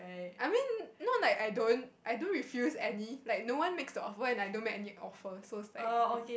I mean not like I don't I do refuse any like no one makes the offer and I don't make any offer so it's like